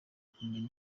kumenya